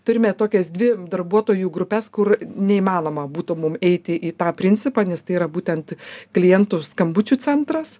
turime tokias dvi darbuotojų grupes kur neįmanoma būtų mum eiti į tą principą nes tai yra būtent klientų skambučių centras